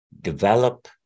develop